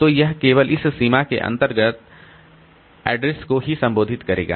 तो यह केवल इस सीमा के अंतर्गत एड्रेस को ही संबोधित करेगा